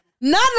None